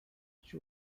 she